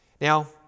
Now